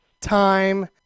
time